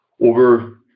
over